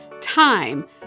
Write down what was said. time